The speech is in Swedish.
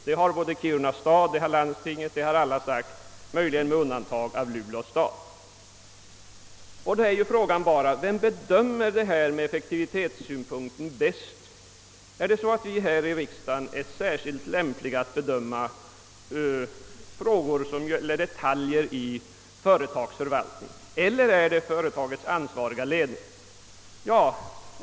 Det har Kiruna stad, landstinget och alla de övriga sagt — möjligen med undantag för Luleå stad. Frågan gäller då: Vem bedömer effektivitetssynpunkten bäst? Är det vi här i riksdagen som är bäst lämpade att bedöma detaljer i företagets förvaltning eller är det företagets ansvariga ledning?